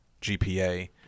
GPA